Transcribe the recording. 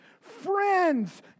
friends